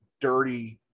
dirty